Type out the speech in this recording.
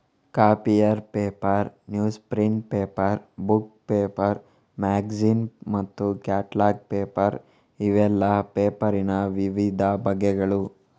copier paper, news print paper, book paper, magazine ಮತ್ತು catalogue paper ಇವೆಲ್ಲ ಪೇಪರಿನ ವಿವಿಧ ಬಗೆಗಳು